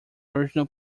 original